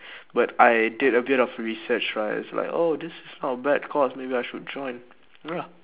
but I did a bit of research right it's like oh this is not a bad course maybe I should join ya